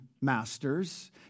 masters